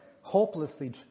hopelessly